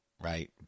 Right